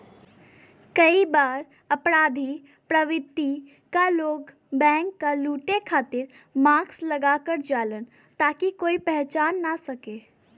कई बार अपराधी प्रवृत्ति क लोग बैंक क लुटे खातिर मास्क लगा क जालन ताकि कोई पहचान न सके